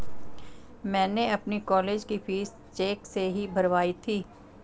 मैंने अपनी कॉलेज की फीस चेक से ही भरवाई थी